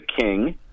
king